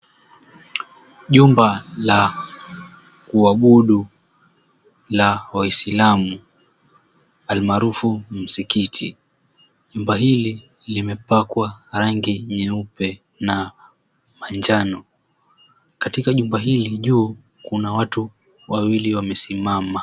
Jumba la kuabudu la waisilamu almaarufu msikiti. Nyumba hili limepakwa rangi nyeupe na manjano. Katika jumba hili juu kuna watu wawili wamesimama.